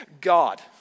God